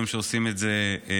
רואים שעושים את זה מהלב.